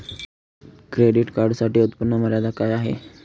Credit कार्डसाठी उत्त्पन्न मर्यादा काय आहे?